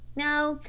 no,